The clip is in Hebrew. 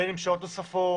בין אם שעות נוספות,